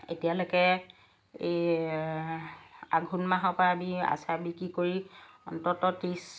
এতিয়ালৈকে এই আঘোণ মাহৰ পৰা আমি আচাৰ বিক্ৰী কৰি অন্ততঃ ত্ৰিছ